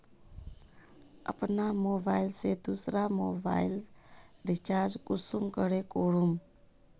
अपना मोबाईल से दुसरा मोबाईल रिचार्ज कुंसम करे करूम?